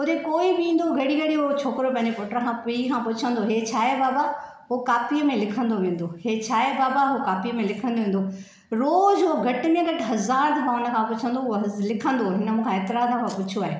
उते कोइ बि ईंदो हुओ घड़ी घड़ी हूअ छोकिरो पंहिंजे पुट खां पीउ खां पंहिंजे पुछंदो हुओ इहे छा आहे बाबा उहो कापीअ में लिखंदो वेंदो इहे छा आहे बाबा उहो कापीअ में लिखंदो वंदो हुओ रोज़ इहो घटि में घटि हज़ार दफ़ा हुन खां पुछंदो हुओ हू हज़ार लिखंदो हुओ हुन मूंखा हेतिरा दफ़ा पुछियो आहे